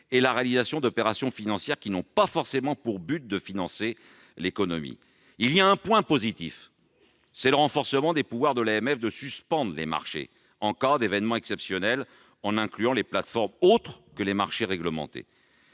de la réalisation d'opérations financières qui n'ont pas forcément pour but de financer l'économie. Je relève un seul point positif : le renforcement des pouvoirs de l'AMF de suspendre les marchés en cas d'événement exceptionnel ; ce pouvoir inclut désormais les plateformes autres que les marchés réglementés.